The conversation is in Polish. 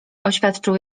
oświadczył